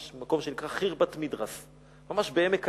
יש מקום שנקרא חרבת-מדרס, ממש בעמק האלה.